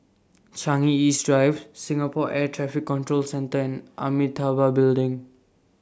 Changi East Drive Singapore Air Traffic Control Centre and Amitabha Building